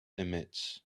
emits